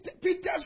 Peter's